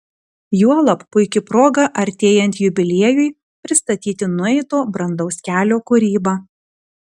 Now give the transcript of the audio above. juolab puiki proga artėjant jubiliejui pristatyti nueito brandaus kelio kūrybą